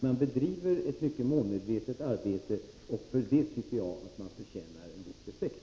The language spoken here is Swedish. Man bedriver ett mycket målmedvetet arbete, och för detta tycker jag att man förtjänar en viss respekt.